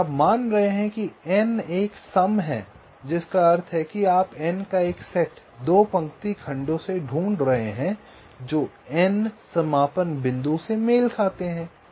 और आप मान रहे हैं कि N एक सम है जिसका अर्थ है कि आप N का एक सेट 2 पंक्ति खंडों से ढूंढ रहे हैं जो N समापन बिंदु से मेल खाते हैं